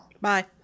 Bye